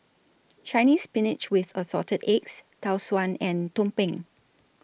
Chinese Spinach with Assorted Eggs Tau Suan and Tumpeng